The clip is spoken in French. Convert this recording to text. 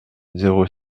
zéro